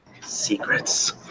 Secrets